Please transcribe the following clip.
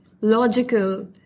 logical